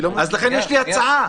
לכן יש לי הצעה.